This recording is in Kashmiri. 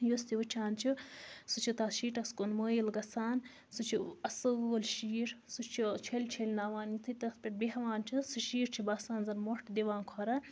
یُس تہِ وٕچھان چھُ سُہ چھُ تتھ شیٖٹَس کُن مٲیِل گَژھان سُہ چھُ اصٕل شیٖٹ سُہ چھپ چھٕلۍ چھٕلۍ نَوان یُتھُے تتھ پیٚتھ بہوان چھَس سُہ شیٖٹ چھ زَن باسان مۄٹھ دِوان کھۄرَن